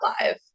live